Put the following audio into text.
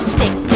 Stick